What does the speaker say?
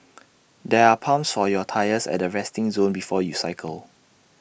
there are pumps for your tyres at the resting zone before you cycle